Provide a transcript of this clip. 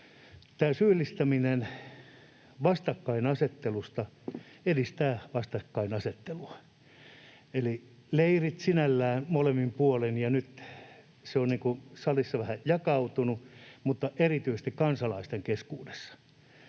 syyllistäminen vastakkainasettelusta edistää vastakkainasettelua. Eli on leirit sinällään molemmin puolin, ja nyt se on salissa vähän jakautunut, mutta erityisesti kansalaisten keskuudessa.